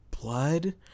blood